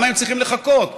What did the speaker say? למה הם צריכים לחכות?